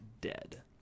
dead